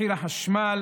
מחיר החשמל